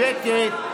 שקט.